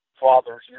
fathers